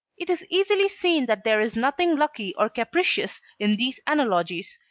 it is easily seen that there is nothing lucky or capricious in these analogies,